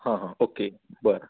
हां हां ओके बरं